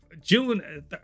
June